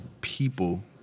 people